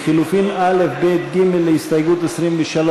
לחלופין א' ג' של קבוצת סיעת ישראל